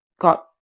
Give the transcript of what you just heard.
got